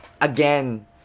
again